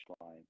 line